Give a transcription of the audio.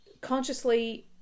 consciously